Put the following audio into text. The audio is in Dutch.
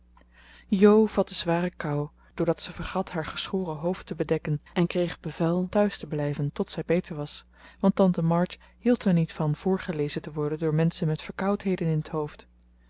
jo vatte zware kou doordat ze vergat haar geschoren hoofd te bedekken en kreeg bevel thuis te blijven tot zij beter was want tante march hield er niet van voorgelezen te worden door menschen met verkoudheden in t hoofd